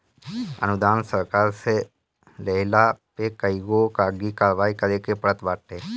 अनुदान सरकार से लेहला पे कईगो कागजी कारवाही करे के पड़त बाटे